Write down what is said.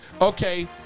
Okay